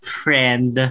friend